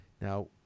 Now